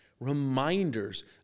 reminders